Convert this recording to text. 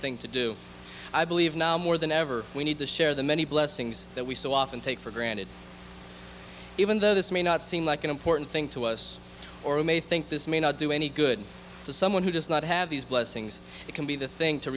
thing to do i believe now more than ever we need to share the many blessings that we so often take for granted even though this may not seem like an important thing to us or we may think this may not do any good to someone who does not have these blessings it can be the thing to